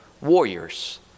warriors